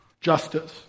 justice